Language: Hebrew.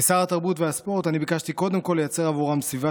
כשר התרבות והספורט ביקשתי קודם כול לייצר עבורם סביבה